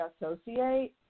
associate